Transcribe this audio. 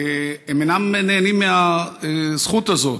אינם נהנים מהזכות הזאת,